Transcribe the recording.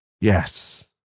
Yes